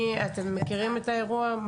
אתם מכירים את האירוע?